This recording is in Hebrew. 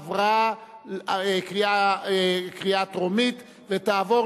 עברה קריאה טרומית ותעבור